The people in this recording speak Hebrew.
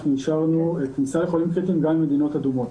אנחנו אישרנו כניסה לחולים קריטיים גם ממדינות אדומות.